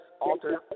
alter